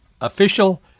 official